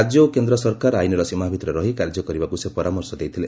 ରାଜ୍ୟ ଓ କେନ୍ଦ୍ର ସରକାର ଆଇନର ସୀମା ଭିତରେ ରହି କାର୍ଯ୍ୟ କରିବାକୁ ସେ ପରାମର୍ଶ ଦେଇଥିଲେ